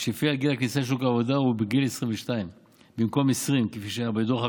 שלפיה גיל הכניסה לשוק העבודה הוא 22 במקום 20 כפי שהיה בדוח הקודם.